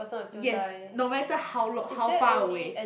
yes no matter how long how far away